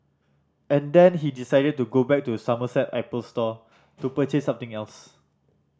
and then he decided to go back to Somerset Apple store to purchase something else